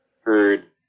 heard